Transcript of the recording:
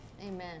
Amen